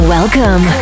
Welcome